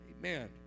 Amen